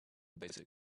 basic